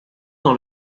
dans